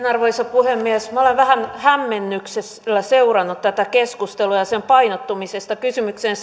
arvoisa puhemies minä olen vähän hämmennyksellä seurannut tätä keskustelua ja sen painottumista kysymykseen